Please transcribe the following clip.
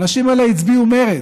והאנשים האלה הצביעו מרצ,